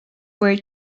were